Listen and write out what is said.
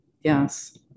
Yes